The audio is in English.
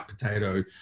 potato